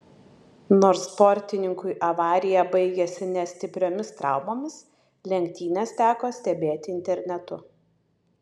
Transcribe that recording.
nors sportininkui avarija baigėsi ne stipriomis traumomis lenktynes teko stebėti internetu